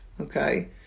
okay